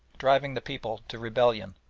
driving the people to rebellion.